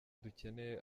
dukeneye